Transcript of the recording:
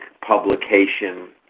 publication